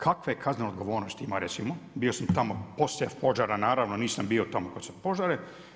Kakve kaznene odgovornosti ima recimo, bio sam tamo poslije požara naravno, nisam bio tamo kad su požari.